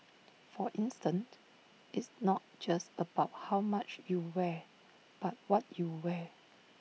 for instant it's not just about how much you wear but what you wear